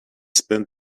spent